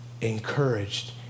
encouraged